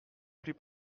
plus